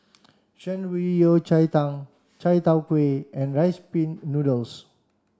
Shan Rui Yao Cai Tang Chai Tow Kuay and rice pin noodles